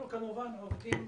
אנחנו כמובן עובדים